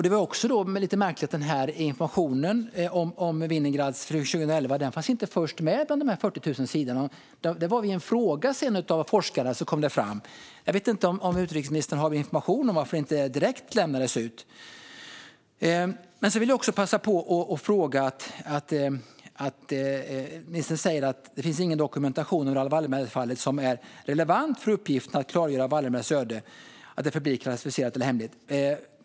Det var också lite märkligt med Vinogradovs information från 2011. Den fanns först inte med bland de 40 000 sidorna, utan den kom fram genom en fråga från en forskare. Jag vet inte om utrikesministern har information om varför den inte direkt lämnades ut. Ministern säger att det inte finns någon dokumentation av Raoul Wallenberg-fallet som är relevant för uppgiften att klargöra Wallenbergs öde som förblir klassificerad och hemlig.